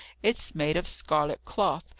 it's made of scarlet cloth,